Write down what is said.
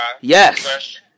Yes